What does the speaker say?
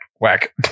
Whack